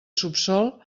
subsòl